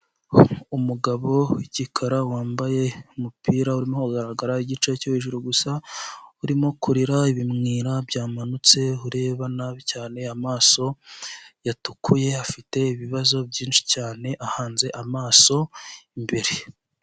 Umugabo w'igikara wambaye umupira urimo kugaragara igice cyo hejuru gusa, urimo kurira ibimwira byamanutse, ureba nabi cyane amaso yatukuye, afite ibibazo byinshi cyane ahanze amaso imbere.